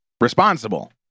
responsible